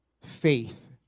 Faith